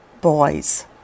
boys